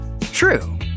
True